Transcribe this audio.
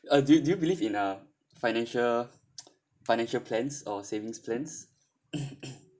uh do you do you believe in a financial financial plans or savings plans